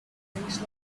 things